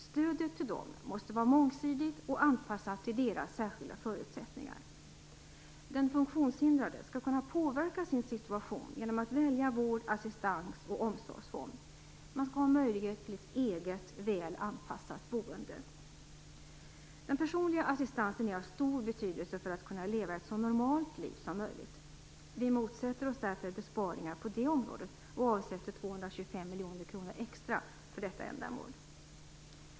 Stödet till dem måste vara mångsidigt och anpassat till deras särskilda förutsättningar. Den funktionshindrade skall kunna påverka sin situation genom att välja vård, assistans och omsorgsform. Man skall ha möjlighet till eget, väl anpassat boende. Den personliga assistansen är av stor betydelse för att funktionshindrade människor skall kunna leva ett så normalt liv som möjligt. Vi motsätter oss därför besparingar på det området och avsätter 225 miljoner kronor extra för detta ändamål.